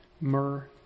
myrrh